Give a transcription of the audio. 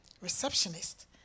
receptionist